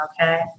okay